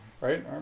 Right